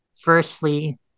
firstly